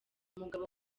umugabo